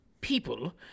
people